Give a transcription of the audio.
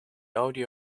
audio